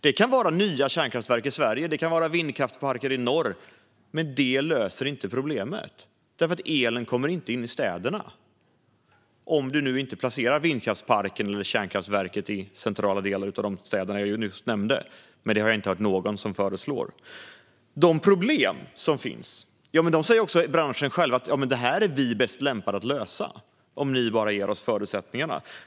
Det kan vara nya kärnkraftverk i Sverige eller vindkraftsparker i norr, men det löser inte problemet eftersom elen inte kommer in i städerna - om du inte placerar vindkraftsparken eller kärnkraftverket i centrala delar av de städer jag nyss nämnde. Detta har jag dock inte hört någon föreslå. Om de problem som finns säger branschen själv: Det här är vi bäst lämpade att lösa, om ni bara ger oss förutsättningarna.